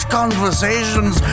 conversations